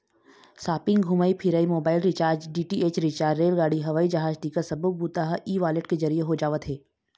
shopping, घूमई फिरई, mobile recharge, DTH recharge, रेलगाड़ी, हवई जहाज टिकट सब्बो बूता ह ई वॉलेट के जरिए हो जावत हे